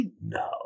no